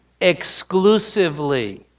exclusively